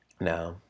no